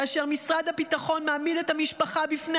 כאשר משרד הביטחון מעמיד את המשפחה בפני